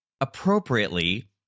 appropriately